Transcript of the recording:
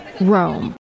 Rome